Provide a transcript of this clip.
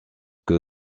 que